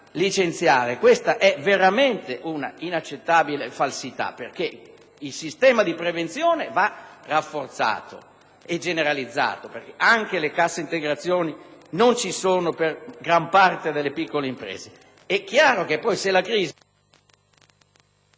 licenziare. Questa è veramente un'inaccettabile falsità, perché il sistema di prevenzione va rafforzato e generalizzato in quanto anche la cassa integrazione non è prevista per gran parte delle piccole imprese; è chiaro che se poi la crisi